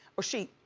or she.